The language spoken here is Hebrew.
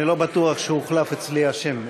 אני לא בטוח שהוחלף אצלי השם.